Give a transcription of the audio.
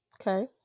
Okay